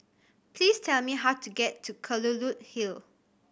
please tell me how to get to Kelulut Hill